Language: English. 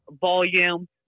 volume